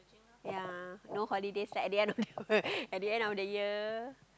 ya no holiday at the end of at the end of the year